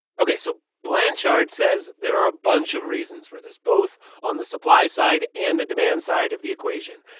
ok. so blanchard says there are a bunch of reasons for this, both on the supply side and the demand side of the equation.